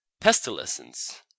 pestilence